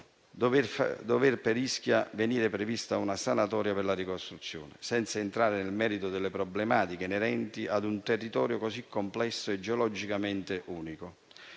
Conte, in cui veniva prevista una sanatoria per la ricostruzione di Ischia, senza entrare nel merito delle problematiche inerenti a un territorio così complesso e geologicamente unico.